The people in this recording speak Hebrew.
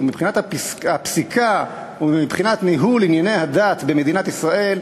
מבחינת הפסיקה ומבחינת ניהול ענייני הדת במדינת ישראל,